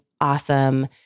awesome